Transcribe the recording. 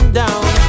down